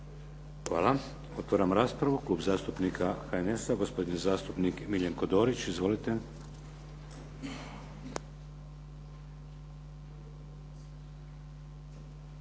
Hvala. Otvaram raspravu. Klub zastupnika HNS-a gospodin zastupnik Miljenko Dorić. Izvolite.